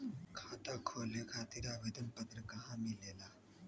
खाता खोले खातीर आवेदन पत्र कहा मिलेला?